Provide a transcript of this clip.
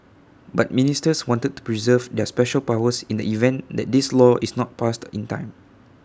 but ministers wanted to preserve their special powers in the event that this law is not passed in time